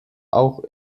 auch